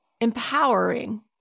empowering